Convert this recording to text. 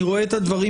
אני רואה את הדברים